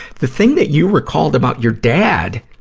the thing that you recalled about your dad,